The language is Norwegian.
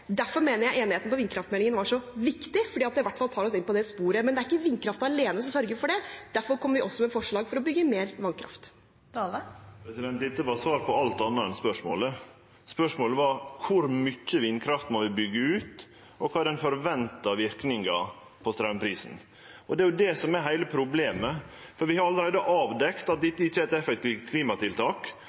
Derfor mener jeg enigheten om vindkraftmeldingen var så viktig, fordi det i hvert fall tar oss inn på det sporet. Men det er ikke vindkraft alene som sørger for det, derfor kommer vi også med forslag for å bygge mer vannkraft. Jon Georg Dale – til oppfølgingsspørsmål. Dette var svar på alt anna enn spørsmålet. Spørsmålet var: Kor mykje vindkraft må vi byggje ut, og kva er den venta verknaden på straumprisen? Det er det som er heile problemet, for vi har allereie avdekt at dette ikkje er eit effektivt klimatiltak.